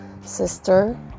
sister